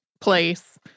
place